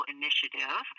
initiative